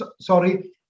sorry